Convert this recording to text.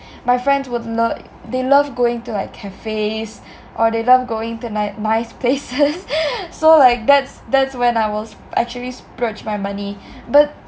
my friends would love they love going to like cafes or they love going to n~ nice places so like that's that's when I will actually splurge my money but